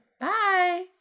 bye